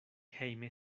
hejme